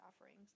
offerings